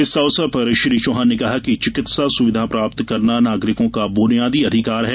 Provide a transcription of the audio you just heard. इस अवसर पर श्री चौहान ने कहा कि चिकित्सा सुविधा प्राप्त करना नागरिकों का बुनियादी अधिकार है